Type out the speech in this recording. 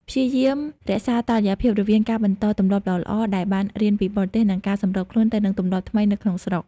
ព្យាយាមរក្សាតុល្យភាពរវាងការបន្តទម្លាប់ល្អៗដែលបានរៀនពីបរទេស និងការសម្របខ្លួនទៅនឹងទម្លាប់ថ្មីនៅក្នុងស្រុក។